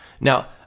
Now